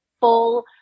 full